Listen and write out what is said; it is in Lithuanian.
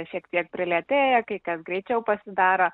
šiek tiek prilėtėja kai kas greičiau pasidaro